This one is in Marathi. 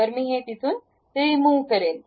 तर मी ते रिमूव करेल